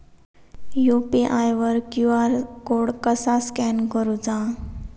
UPI वर QR code कसा scan करूचा?